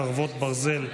חרבות ברזל)